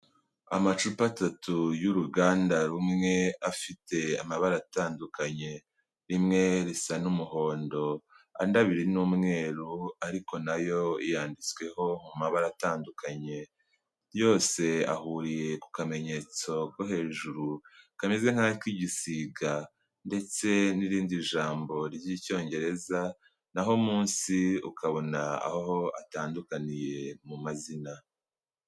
Amacupa atatu y'uruganda rumwe afite amabara atandukanye, rimwe risa n'umuhondo, andi abiri ni umweru ariko na yo yanditsweho mu mabara atandukanye. Yose ahuriye ku kamenyetso ko hejuru kameze nk'ak'igisiga ndetse n'irindi jambo ry'icyongereza, naho umunsi ukabona aho atandukaniye mu mazina.